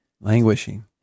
languishing